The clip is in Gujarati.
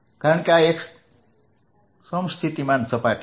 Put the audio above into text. કારણ કે આ એક સમસ્થિતિમાન સપાટી છે